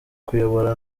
kuyobora